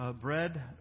bread